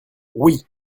oui